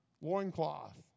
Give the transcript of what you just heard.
loincloth